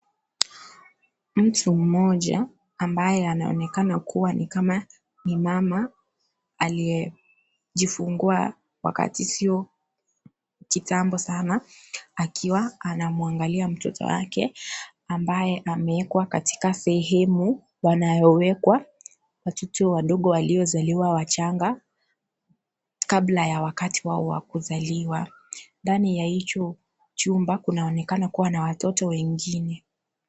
Mtu mmoja ambaye anaonekana kuwa ni kama ni mama aliyejifungua wakati sio kitambo sana, akiwa anamwangalia mtoto wake, ambaye ameekwa katika sehemu wanayowekwa watoto wadogo waliozaliwa wachanga, kabla ya wakati wao kuzaliwa. Ndani ya hicho chumba kunaonekana kuwa na watoto wengine.